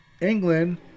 England